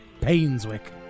Painswick